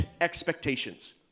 expectations